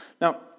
Now